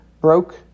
broke